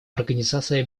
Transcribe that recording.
организации